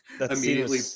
immediately